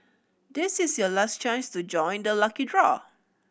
this is your last chance to join the lucky draw